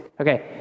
Okay